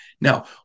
Now